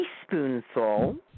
teaspoonful